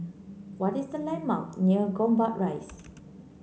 what is the landmark near Gombak Rise